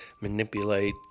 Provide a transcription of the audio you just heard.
manipulate